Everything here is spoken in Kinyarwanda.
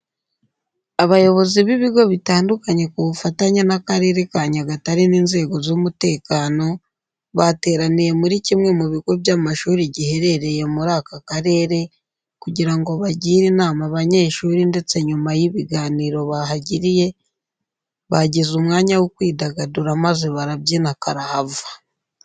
Abayobozi b'ibigo bitandukanye ku bufatanye n'Akarere ka Nyagatare n'inzego z'umutekano bateraniye muri kimwe mu bigo by'amashuri giherereye muri aka karere kugira ngo bagire inama abanyeshuri ndetse nyuma y'ibiganiro bahagiriye, bagize n'umwanya wo kwidagadura maze barabyina karahava.